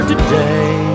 Today